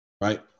right